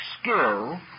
skill